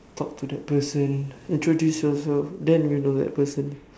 talk to the person introduce yourself then you know that person